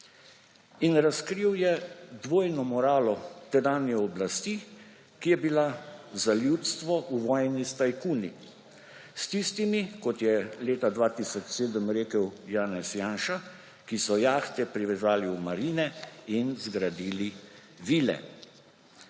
Razkril je dvojno moralo tedanje oblasti, ki je bila za ljudstvo v vojni s tajkuni; s tistimi, kot je leta 2007 rekel Janez Janša, ki so jahte privezali v marine in zgradili vile.